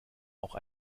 auch